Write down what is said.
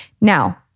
now